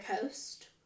coast